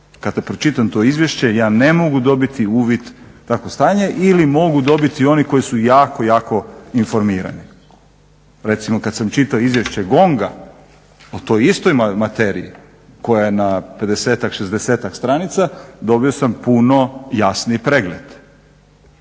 kada pročitam to izvješće ja ne mogu dobiti uvid u takvo stanje ili mogu dobiti oni koji su jako, jako informirani. Recimo kad sam čitao izvješće Gonga o toj istoj materiji koja na 50,60-tak stranica dobio sam puno jasni pregled.